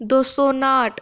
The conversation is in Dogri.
दो सौ नाह्ठ